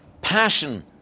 passion